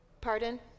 Pardon